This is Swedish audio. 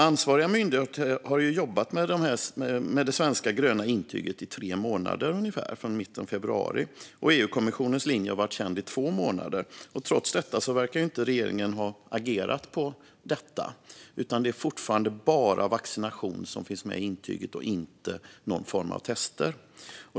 Ansvariga myndigheter har jobbat med det svenska gröna intyget i tre månader ungefär, sedan mitten av februari, och EU-kommissionens linje har varit känd i två månader. Trots detta verkar regeringen inte ha agerat på detta, utan det är fortfarande vaccination som finns med i intyget och inte någon form av tester.